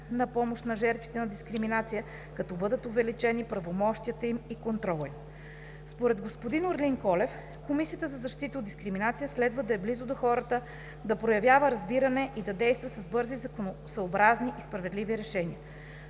на помощ на жертвите на дискриминация, като бъдат увеличени правомощията им и контролът. Според господин Орлин Колев Комисията за защита от дискриминация следва да е близо до хората, да проявява разбиране и да действа с бързи, законосъобразни и справедливи решения.